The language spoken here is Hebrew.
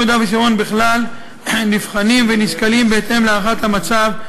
יהודה ושומרון בכלל נבחנים ונשקלים בהתאם להערכת המצב,